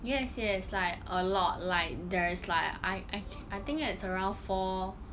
yes yes like a lot like there's like I I I think there's around four